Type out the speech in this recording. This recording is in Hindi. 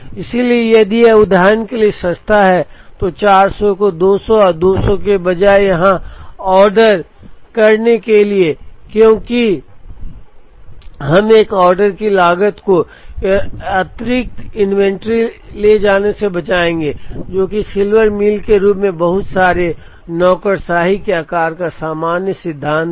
इसलिए यदि यह उदाहरण के लिए सस्ता है तो 400 को 200 और 200 के बजाय यहां ऑर्डर करने के लिए क्योंकि हम एक ऑर्डर की लागत को एक अतिरिक्त इन्वेंट्री ले जाने से बचाएंगे जो कि सिल्वर मील के रूप में बहुत सारे नौकरशाही के आकार का सामान्य सिद्धांत है